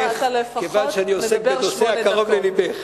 כיוון שאני עוסק בנושא הקרוב ללבך.